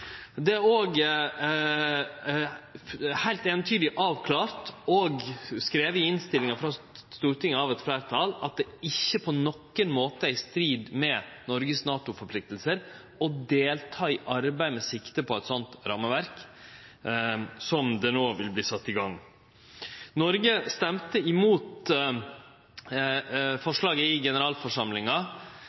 Det er òg heilt eintydig avklart, og skrive av eit fleirtal i innstillinga frå Stortinget, at det ikkje på nokon måte er i strid med Noregs NATO-forpliktingar å delta i arbeid med sikte på eit slikt rammeverk – som det no vil verte sett i gang. Noreg stemte imot forslaget i generalforsamlinga.